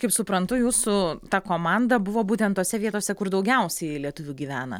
kaip suprantu jūsų ta komanda buvo būtent tose vietose kur daugiausiai lietuvių gyvena